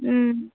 हूँ